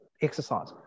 exercise